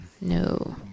No